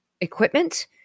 equipment